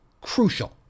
crucial